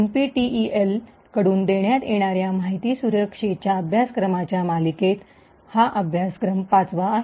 NPTEL कडून देण्यात येणाऱ्या माहिती सुरक्षेच्या अभ्यासक्रमांच्या मालिकेत हा अभ्यासक्रम पाचवा आहे